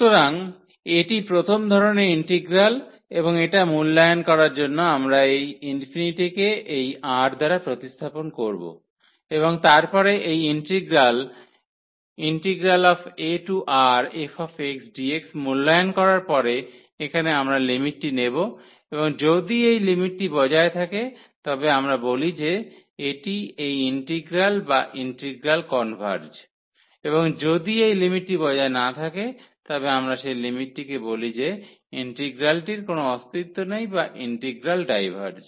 সুতরাং এটি প্রথম ধরণের ইন্টিগ্রাল এবং এটা মূল্যায়ন করার জন্য আমরা এই ∞ কে এই R দ্বারা প্রতিস্থাপন করব এবং তারপরে এই ইন্টিগ্রাল aRfxdx মূল্যায়ন করার পরে এখানে আমরা লিমিটটি নেব এবং যদি এই লিমিটটি বজায় থাকে তবে আমরা বলি যে এটি এই ইন্টিগ্রাল বা ইন্টিগ্রাল কনভার্জ এবং যদি এই লিমিটটি বজায় না থাকে তবে আমরা সেই লিমিটটিকে বলি যে ইন্টিগ্রালটির কোন অস্তিত্ব নেই বা ইন্টিগ্রাল ডাইভার্জ